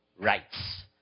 rights